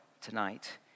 tonight